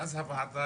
מאז הוועדה